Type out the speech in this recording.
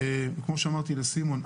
כמו שאמרתי לסימון,